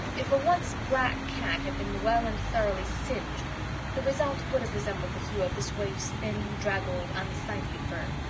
if a once black cat had been well and thoroughly singed the result would have resembled the hue of this waif's thin, draggled, unsightly fur.